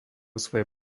svojej